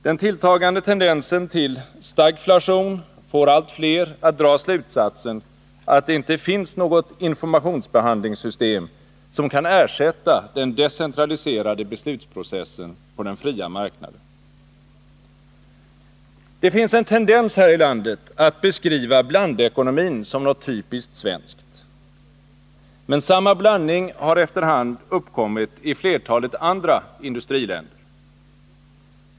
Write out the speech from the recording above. Den tilltagande tendensen till stagflation får allt fler att dra slutsatsen att det inte finns något informationsbehandlingssystem som kan ersätta den decentraliserade beslutsprocessen på den fria marknaden. Det finns en tendens här i landet att beskriva blandekonomin som något typiskt svenskt. Men samma blandning har efter hand uppkommit i flertalet andra industriländer.